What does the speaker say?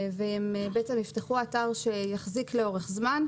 שיוכלו לפתוח אתר לאורך זמן.